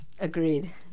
Agreed